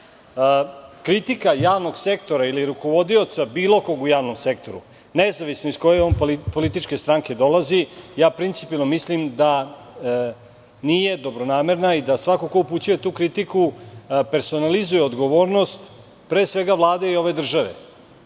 nalaze. Kritika javnog sektora ili rukovodioca bilo kog u javnom sektoru, nezavisno iz koje on političke stranke dolazi, ja principijelno mislim da nije dobronamerna i da svako ko upućuje tu kritiku, personalizuje odgovornost, pre svega Vlade i ove države. Ako